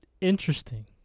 interesting